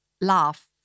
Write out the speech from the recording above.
laugh